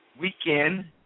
weekend